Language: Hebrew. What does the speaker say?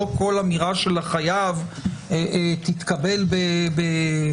לא כל אמירה של החייב תתקבל אוטומטית,